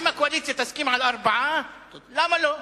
אם הקואליציה תסכים על ארבעה, למה לא?